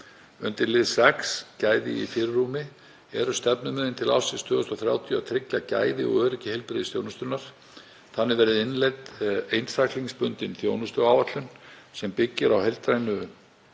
Undir lið 6, Gæði í fyrirrúmi, eru stefnumiðin til ársins 2030 að tryggja gæði og öryggi heilbrigðisþjónustunnar. Þannig verði innleidd einstaklingsbundin þjónustuáætlun sem byggir á heildrænu